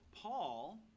Paul